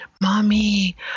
Mommy